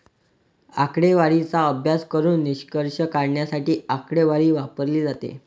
आकडेवारीचा अभ्यास करून निष्कर्ष काढण्यासाठी आकडेवारी वापरली जाते